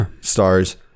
stars